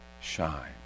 shine